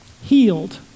healed